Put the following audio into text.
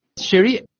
Sherry